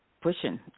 pushing